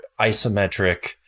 isometric